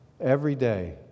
everyday